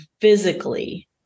physically